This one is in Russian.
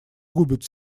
губят